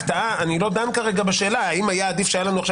אני לא דן כרגע בשאלה האם היה עדיף שהיה לנו עכשיו